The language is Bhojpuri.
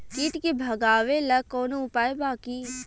कीट के भगावेला कवनो उपाय बा की?